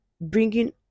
bringing